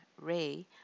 Ray